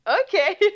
okay